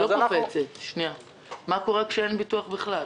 מה קורה כשאין ביטוח בכלל?